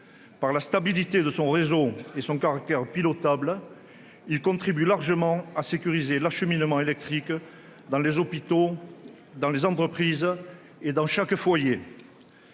de la stabilité de son réseau et de son caractère pilotable, il contribue largement à sécuriser l'acheminement de l'électricité à destination des hôpitaux, des entreprises et de chaque foyer.